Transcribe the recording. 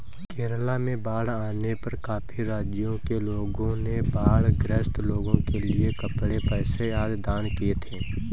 केरला में बाढ़ आने पर काफी राज्यों के लोगों ने बाढ़ ग्रस्त लोगों के लिए कपड़े, पैसे आदि दान किए थे